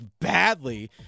badly